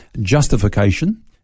justification